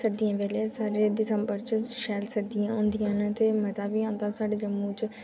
सर्दियें बेल्लै शरीर दी बड़ी शैल सर्दियां होंदियां न ते मज़ा बी आंदा साढ़े सुनने च